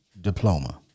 diploma